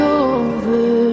over